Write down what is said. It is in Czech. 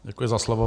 Děkuji za slovo.